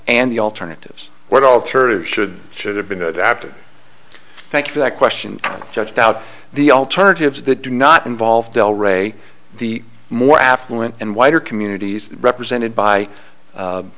and the alternatives what alternatives should should have been adapted thanks for that question just out the alternatives that do not involve del ray the more affluent and wider communities represented by